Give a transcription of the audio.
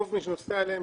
רוב מי שנוסע עליהם,